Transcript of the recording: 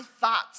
thoughts